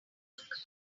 look